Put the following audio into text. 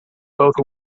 both